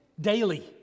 daily